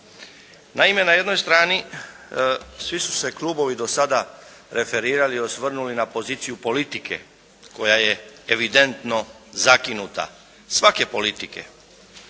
Naime, na jednoj strani svi su se klubovi do sada referirali, osvrnuli na poziciju politike koja je evidentno zakinuta, svake politike,